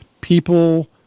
people